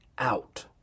Out